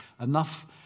Enough